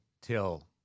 till